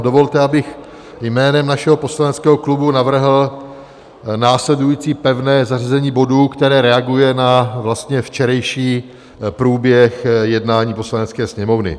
Dovolte, abych jménem našeho poslaneckého klubu navrhl následující pevné zařazení bodů, které reaguje na vlastně včerejší průběh jednání Poslanecké sněmovny.